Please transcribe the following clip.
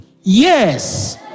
Yes